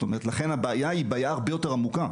לכן הבעיה היא בעיה הרבה יותר עמוקה